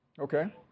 Okay